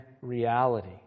reality